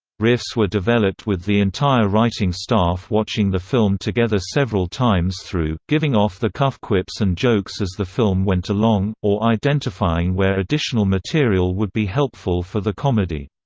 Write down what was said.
riffs were developed with the entire writing staff watching the film together several times through, giving off-the-cuff quips and jokes as the film went along, or identifying where additional material would be helpful for the comedy.